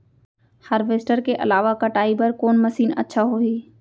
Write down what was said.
Harvester के अलावा कटाई बर कोन मशीन अच्छा होही?